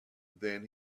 then